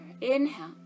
inhale